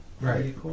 Right